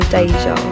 Deja